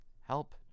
Help